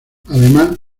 además